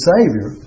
Savior